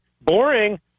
boring